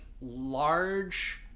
large